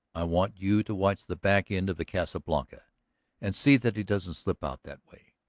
i want you to watch the back end of the casa blanca and see that he doesn't slip out that way.